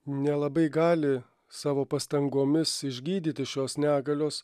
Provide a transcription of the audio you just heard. nelabai gali savo pastangomis išgydyti šios negalios